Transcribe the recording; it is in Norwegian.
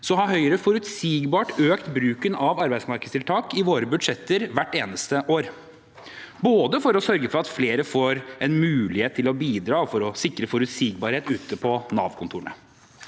har Høyre forutsigbart økt bruken av arbeidsmarkedstiltak i våre budsjetter hvert eneste år, både for å sørge for at flere får en mulighet til å bidra og for å sikre forutsigbarhet ute på Nav-kontorene.